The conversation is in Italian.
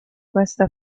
questa